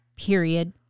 period